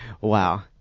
Wow